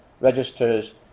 registers